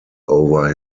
over